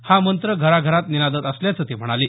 हा मंत्र घराघरात निनादत असल्याचं ते म्हणाले